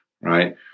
right